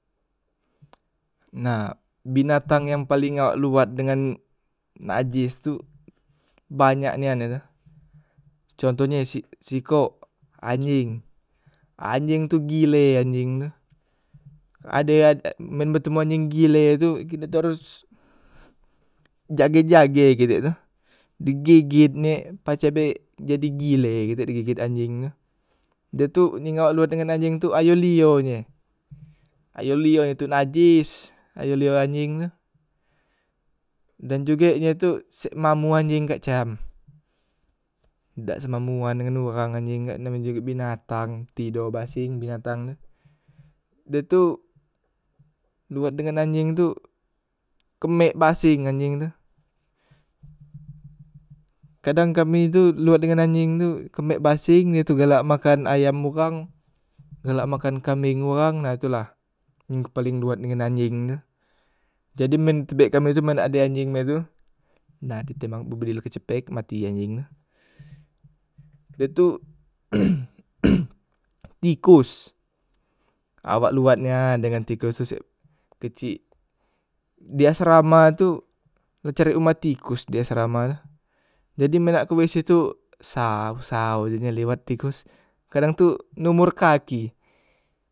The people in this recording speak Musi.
Na binatang yang paleng awak luwat dengan najes tu banyak nian e tu contonye si sikok anjeng, anjeng tu gile anjeng tu ade adak men betemu anjeng gile tu kite tu haros njage- jage kitek tuh digeget nyek pacak beh jadi gile kite digeget anjeng tuh dah tu ningok luwat dengan anjeng tu ayo lio nye, ayo lio nye tu najes ayo lio anjeng tu dan jugek ye tu sek mambo anjeng kak cam dak se mamboan dengan uwang anjeng dengan binatang tidok baseng binatang tu, da tu luwat dengan anjeng tu kemek baseng anjeng tu kadang kami tu luwat dengan anjeng tu kemek baseng ye tu galak makan ayam uwang, galak makan kambeng uwang na tu lah, men ku paleng luwat dengan anjeng tu jadi men tebek kami men ade anjeng mek tuh na kite mampu beli kelu cepek mati anjeng tu da tu tikos awak luwat nian dengan tikos se suk kecik, di asrama tu le cari umak tikos di asrama tu jadi men nak ke wese tu saw- saw tu lewat tikos kadang tu numbor kaki.